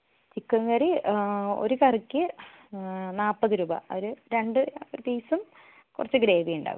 chicken curry ഒരു കറിക്ക് നാൽപത് രൂപ ഒരു രണ്ട് പീസും കുറച്ച് ഗ്രേവിയും ഉണ്ടാവും